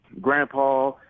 Grandpa